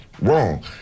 wrong